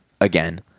again